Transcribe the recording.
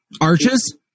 arches